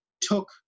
Took